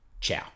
Ciao